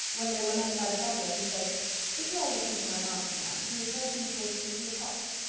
when they were met by the butler, who said if you are looking for my master, ma'am, he is walking towards the little copse.